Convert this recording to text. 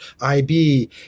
IB